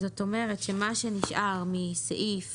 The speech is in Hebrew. מה שנשאר מסעיף